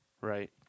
Right